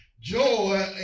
Joy